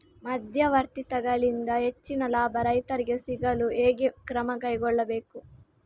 ಮಧ್ಯವರ್ತಿಗಳಿಂದ ಹೆಚ್ಚಿನ ಲಾಭ ರೈತರಿಗೆ ಸಿಗಲು ಹೇಗೆ ಕ್ರಮ ಕೈಗೊಳ್ಳಬೇಕು?